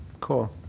Cool